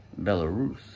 Belarus